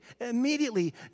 immediately